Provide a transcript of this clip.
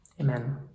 Amen